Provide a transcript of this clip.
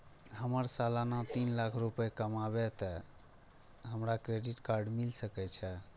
हमर सालाना तीन लाख रुपए कमाबे ते हमरा क्रेडिट कार्ड मिल सके छे?